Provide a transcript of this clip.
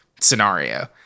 scenario